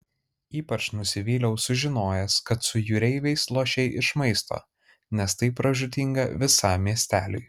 ypač nusivyliau sužinojęs kad su jūreiviais lošei iš maisto nes tai pražūtinga visam miesteliui